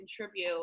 contribute